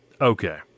Okay